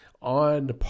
On